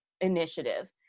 initiative